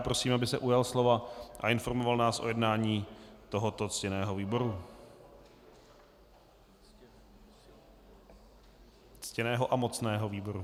Prosím, aby se ujal slova a informoval nás o jednání tohoto ctěného výboru, ctěného a mocného výboru.